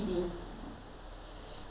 uh இருங்க:irunga